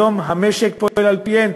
היום המשק פועל על-פיהם,